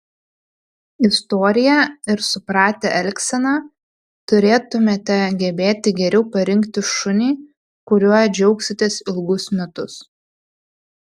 istoriją ir supratę elgseną turėtumėte gebėti geriau parinkti šunį kuriuo džiaugsitės ilgus metus